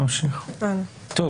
(7)